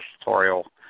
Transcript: tutorial